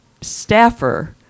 staffer